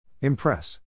Impress